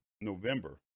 November